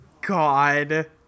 God